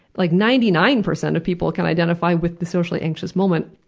like ninety nine percent of people can identify with the socially anxious moment.